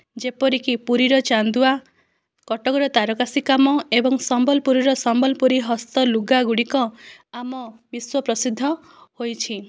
ଯେପରିକି ପୁରୀର ଚାନ୍ଦୁଆ କଟକର ତାରକସି କାମ ଏବଂ ସମ୍ବଲପୁରର ସମ୍ବଲପୁରୀ ହସ୍ତ ଲୁଗାଗୁଡ଼ିକ ଆମ ବିଶ୍ଵ ପ୍ରସିଦ୍ଧ ହୋଇଛି